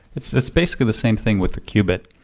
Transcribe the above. it's it's basically the same thing with the qubit.